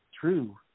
True